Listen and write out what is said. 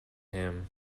him